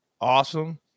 Awesome